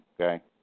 okay